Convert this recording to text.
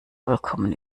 vollkommen